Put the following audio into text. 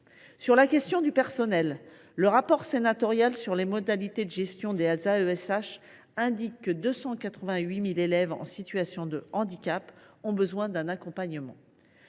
qui concerne le personnel, le rapport d’information sénatorial sur les modalités de gestion des AESH indique que 288 000 élèves en situation de handicap ont besoin d’un accompagnement